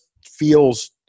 feels